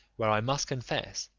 where, i must confess,